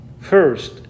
First